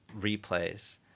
replays